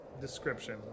description